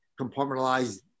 compartmentalized